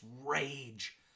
rage